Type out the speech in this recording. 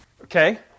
Okay